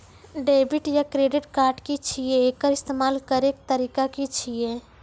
Debit या credit card की छियै? एकर इस्तेमाल करैक तरीका की छियै?